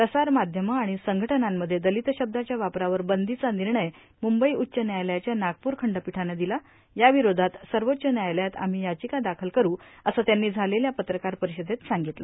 प्रसार माध्यमं आणि संघटनांमध्ये दलित शब्दाच्या वापरावर बंदीचा निर्णय म्रंबई उच्च व्यायालयाच्या नागप्र खंडपीठानं दिला याविरोधात सर्वोच्च न्यायालयात आम्ही याचिका दाखल करूअसं त्यांनी झालेल्या पत्रकार परिषदेत सांगितलं